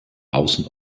außen